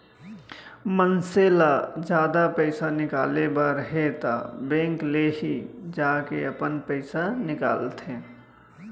मनसे ल जादा पइसा निकाले बर हे त बेंक ले ही जाके अपन पइसा निकालंथे